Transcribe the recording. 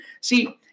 see –